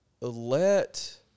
Let